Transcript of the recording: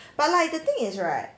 but like the thing is right